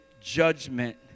judgment